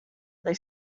they